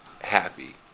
happy